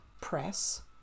press